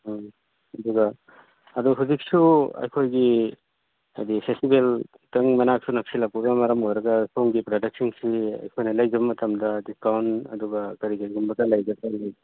ꯎꯝ ꯑꯗꯨꯒ ꯑꯗꯨ ꯍꯧꯖꯤꯛꯁꯨ ꯑꯩꯈꯣꯏꯒꯤ ꯍꯥꯏꯗꯤ ꯐꯦꯁꯇꯤꯕꯦꯜ ꯈꯤꯇꯪ ꯃꯅꯥꯛꯁꯨ ꯅꯛꯁꯜꯂꯛꯄꯒ ꯃꯔꯝ ꯑꯣꯏꯔꯒ ꯁꯣꯃꯒꯤ ꯄ꯭ꯔꯗꯛꯁꯤꯡꯁꯤ ꯑꯩꯈꯣꯏꯅ ꯂꯩꯖꯕ ꯃꯇꯝꯗ ꯗꯤꯁꯀꯥꯎꯟ ꯑꯗꯨꯒ ꯀꯔꯤ ꯀꯔꯤꯒꯨꯝꯕꯗ ꯂꯩꯒꯗꯒꯦ